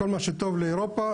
כל מה שטוב לאירופה,